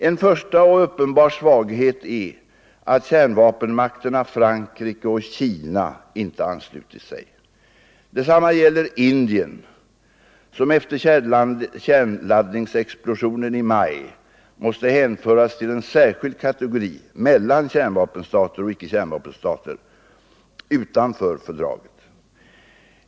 En första och uppenbar svaghet är att kärnvapenmakterna Frankrike och Kina inte anslutit sig. Detsamma gäller Indien, som efter kärnladdningsexplosionen i maj måste hänföras till en särskild kategori, mellan kärnvapenstater och icke-kärnvapenstater, utanför fördraget.